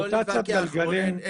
לא להתווכח, רונן.